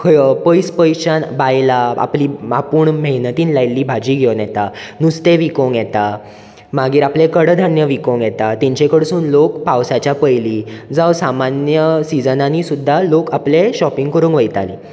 खंय पयस पयसच्यान बायलां आपलीं आपूण मेहनतीन लायिल्ली भाजी घेवन येता नुस्तें विकोंक येता मागीर आपलें कडधन्य विकोंक येतात तेंचें कडसून लोक पावसाच्या पयलीं जावं सामान्य सिजनांनी सुद्दां लोक आपलें श्योपींग करूंक वयतालीं